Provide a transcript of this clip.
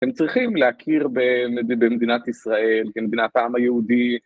אתם צריכים להכיר במדינת ישראל, כמדינת העם היהודי.